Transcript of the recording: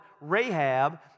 Rahab